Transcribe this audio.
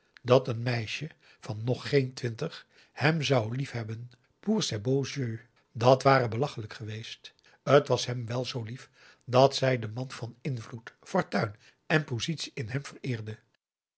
dat een meisje van nog geen twintig hem zou liefhebben p o u r s e s b e a u x y e u x dat ware belachelijk geweest het was hem wel zoo lief dat zij den man van invloed fortuin en positie in hem vereerde